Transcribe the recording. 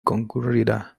concurrida